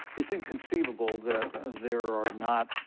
it's inconceivable that there are not,